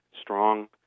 strong